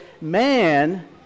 man